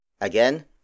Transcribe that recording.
Again